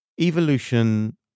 evolution